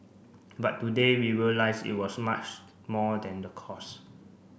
but today we realise it was much more than the cost